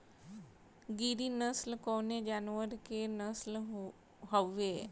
गिरी नश्ल कवने जानवर के नस्ल हयुवे?